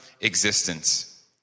existence